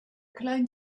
cologne